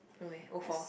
no meh o four